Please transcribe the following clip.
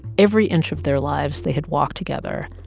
every inch of their lives, they had walked together.